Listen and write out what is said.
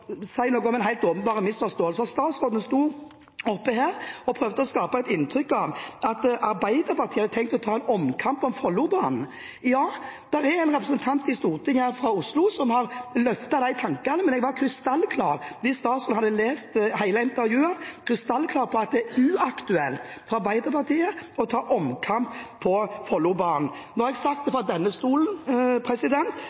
si noe om en helt åpenbar misforståelse, for statsråden sto her oppe og prøvde å skape et inntrykk av at Arbeiderpartiet hadde tenkt å ta en omkamp om Follobanen. Ja, det er en representant her på Stortinget fra Oslo som har løftet de tankene, men jeg var – hvis statsråden hadde lest hele intervjuet – krystallklar på at det er uaktuelt for Arbeiderpartiet å ta en omkamp om Follobanen. Nå har jeg sagt det